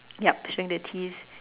yup showing the teeth